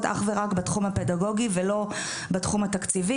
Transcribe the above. אך ורק בתחום הפדגוגי ולא בתחום התקציבי.